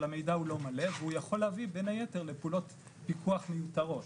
אבל המידע לא מלא והוא יוכל להביא בין היתר לפעולות פיקוח מיותרות